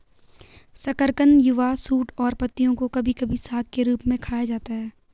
शकरकंद युवा शूट और पत्तियों को कभी कभी साग के रूप में खाया जाता है